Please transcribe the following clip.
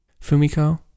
Fumiko